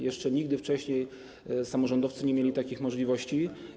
Jeszcze nigdy wcześniej samorządowcy nie mieli takich możliwości.